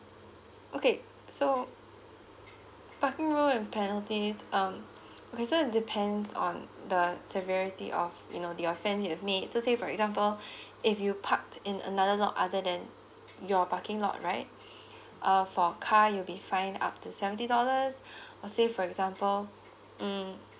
okay so parking lot and penalties um okay so it depends on the severity of you know the offence you have made say for example if you parked in another lot other than your parking lot right uh for a car you'll be fine up to seventy dollars per say for example mm